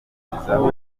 kwigwizaho